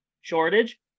shortage